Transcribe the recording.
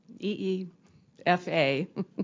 EEFA